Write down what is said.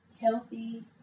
healthy